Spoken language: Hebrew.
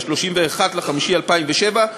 ל-31 במאי 2007,